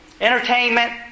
entertainment